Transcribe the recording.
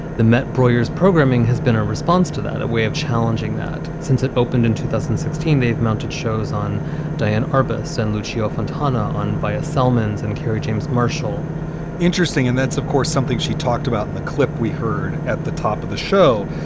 the met broilers programming has been a response to that, a way of challenging that it opened in two thousand and sixteen. they've mounted shows on diane arbus and lucille fontana on via spellman's and kerry james marshall interesting. and that's, of course, something she talked about in the clip we heard at the top of the show.